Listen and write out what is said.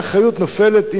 האחריות נופלת,